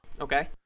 Okay